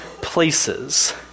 places